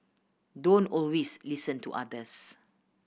don't always listen to others